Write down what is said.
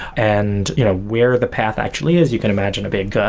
and you know where the path actually is, you can imagine a big